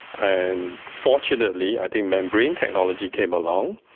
and fortunately i think membrane technology came along,